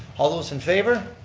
all those in favor.